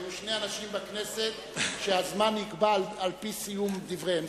היו שני אנשים בכנסת שהזמן נקבע על-פי סיום דבריהם,